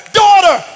daughter